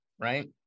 right